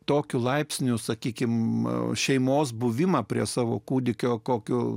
tokiu laipsniu sakykime šeimos buvimą prie savo kūdikio kokio